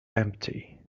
empty